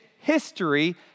history